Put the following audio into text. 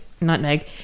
nutmeg